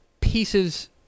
pieces